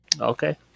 Okay